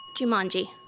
Jumanji